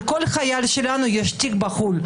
על כל חייל שלנו יש תיק בחו"ל.